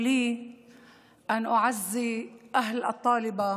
תרשו לי להשתתף בצער הורי הסטודנטית